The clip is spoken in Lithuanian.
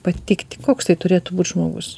patikti koks tai turėtų būt žmogus